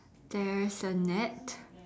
there's a net